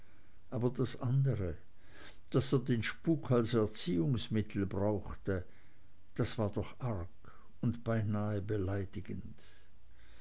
aber das andere daß er den spuk als erziehungsmittel brauchte das war doch arg und beinahe beleidigend